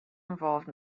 involved